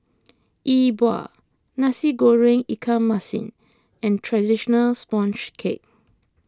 Yi Bua Nasi Goreng Ikan Masin and Traditional Sponge Cake